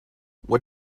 what